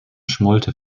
schmollte